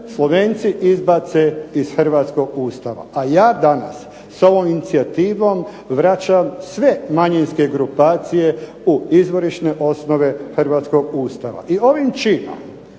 Slovenci izbace iz hrvatskog Ustava, a ja danas s ovom inicijativom vraćam sve manjinske grupacije u izvorišne osnove hrvatskog Ustava. I ovim činom